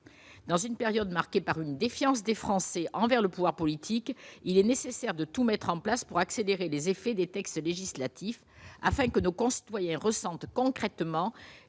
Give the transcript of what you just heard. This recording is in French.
dans une période marquée par une défiance des Français envers le pouvoir politique, il est nécessaire de tout mettre en place pour accélérer les effets des textes législatifs afin que nos concitoyens ressentent concrètement